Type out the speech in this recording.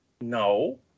No